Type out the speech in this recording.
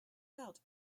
out